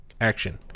Action